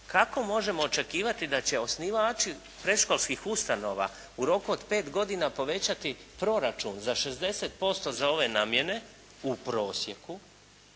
Kako možemo očekivati da će osnivači predškolskih ustanova u roku od pet godina povećati proračun za 60% za ove namjene u prosjeku